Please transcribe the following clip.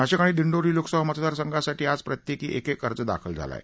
नाशिक आणि दिंडोरी लोकसभा मतदार संघासाठी आज प्रत्येकी एकेक अर्ज दाखल झाला आहे